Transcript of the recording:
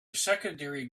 secondary